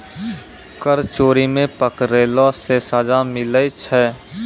कर चोरी मे पकड़ैला से सजा मिलै छै